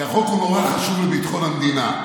כי החוק הוא נורא חשוב לביטחון המדינה,